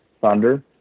thunder